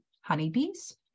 honeybees